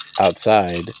outside